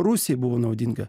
rusijai buvo naudinga